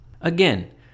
Again